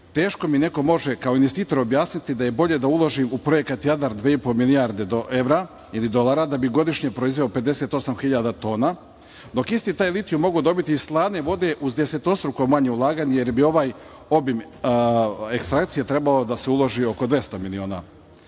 Teško mi neko može kao investitor objasniti da je bolje da uložim u projekat Jadar dve i po milijarde evra ili dolara da bih godišnje proizveo 58 hiljada tona, dok isti taj litijum mogu dobiti iz slane vode uz destetostruko manje ulaganje, jer bi u ovaj obim ekstrakcije trebao da se uloži oko 200 miliona. Pored